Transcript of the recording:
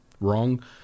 wrong